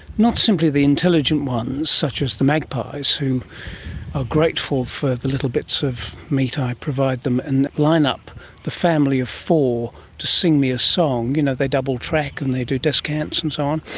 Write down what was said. not simply the intelligent ones such as the magpies who are grateful for the little bits of meat i provide them and line up the family of four to sing me a song, you know, they double track and they do descants and so on,